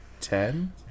ten